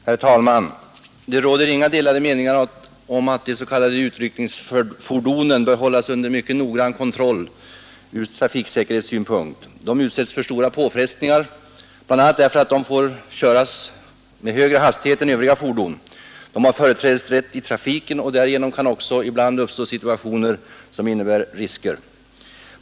Herr talman! Det råder inga delade meningar om att de s.k. utryckningsfordonen bör hållas under noggrann kontroll ur trafiksäkerhetssynpunkt. De utsätts för stora påfrestningar, bl.a. därför att de får köras med högre hastighet än övriga fordon. De har företrädesrätt i trafiken, och därigenom kan ibland uppstå situationer som innebär risker.